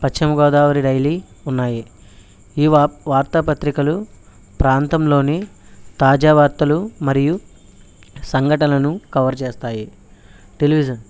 పశ్చిమ గోదావరి డైలీ ఉన్నాయి ఈ వాప్ వార్తా పత్రికలు ప్రాంతంలోని తాజా వార్తలు మరియు సంఘటనలను కవర్ చేస్తాయి టెలివిజన్